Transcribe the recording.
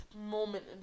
moment